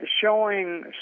showing